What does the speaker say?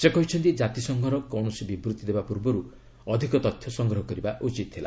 ସେ କହିଛନ୍ତି ଜାତିସଂଘ କୌଣସି ବିବୃତି ଦେବା ପୂର୍ବରୁ ଅଧିକ ତଥ୍ୟ ସଂଗ୍ରହ କରିବା ଉଚିତ ଥିଲା